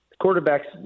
quarterback's